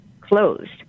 closed